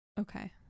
okay